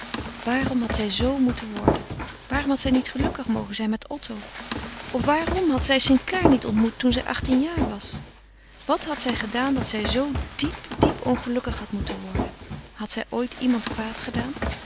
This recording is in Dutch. waarom had zij zoo moeten worden waarom had zij niet gelukkig mogen zijn met otto of waarom had zij st clare niet ontmoet toen zij achttien jaar was wat had zij gedaan dat zij zoo diep diep ongelukkig had moeten worden had zij ooit iemand kwaad gedaan